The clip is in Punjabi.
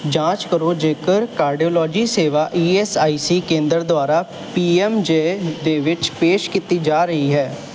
ਜਾਂਚ ਕਰੋ ਜੇਕਰ ਕਾਰਡੀਓਲੋਜੀ ਸੇਵਾ ਈ ਐੱਸ ਆਈ ਸੀ ਕੇਂਦਰ ਦੁਆਰਾ ਪੀ ਐੱਮ ਜੇ ਦੇ ਵਿੱਚ ਪੇਸ਼ ਕੀਤੀ ਜਾ ਰਹੀ ਹੈ